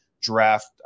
draft